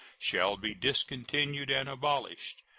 shall be discontinued and abolished.